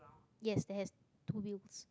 yes that has two wheels